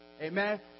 Amen